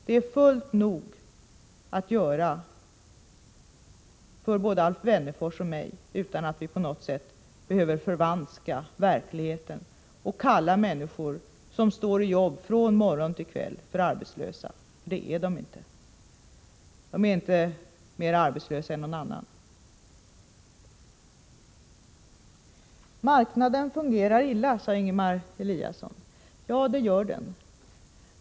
Det finns mycket nog att göra för både Alf Wennerfors och mig, och vi behöver inte på något sätt förvanska verkligheten och kalla människor som står i jobb från morgon till kväll för arbetslösa. Det är de inte. De är inte mer arbetslösa än några andra. Marknaden fungerar illa, sade Ingemar Eliasson. Ja, det gör den.